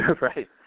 Right